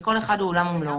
כי כל אחד הוא עולם ומלואו.